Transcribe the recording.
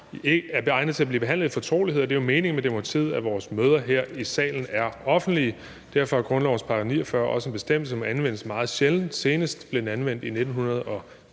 er egnet til at blive behandlet i fortrolighed, og det er jo meningen med demokratiet, at vores møder her i salen er offentlige. Derfor er grundlovens § 49 også en bestemmelse, som anvendes meget sjældent. Senest blev den anvendt i 1924.